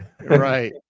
Right